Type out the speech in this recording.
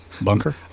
bunker